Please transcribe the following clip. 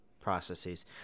processes